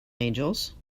angels